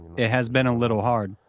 it has been a little hard.